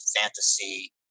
fantasy